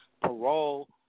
parole